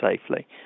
safely